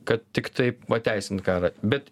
kad tiktai pateisint karą bet